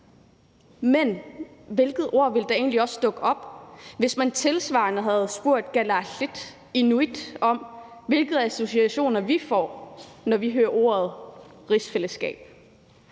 men hvilket ord vil egentlig også dukke op, hvis man tilsvarende havde spurgt kalaallit/inuit om, hvilke associationer vi får, når vi hører ordet rigsfællesskab?